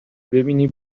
ببینی